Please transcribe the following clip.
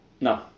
No